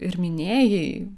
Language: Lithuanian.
ir minėjai